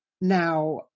Now